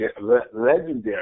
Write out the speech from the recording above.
legendary